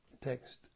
Text